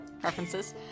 preferences